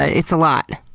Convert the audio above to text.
it's a lot.